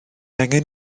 angen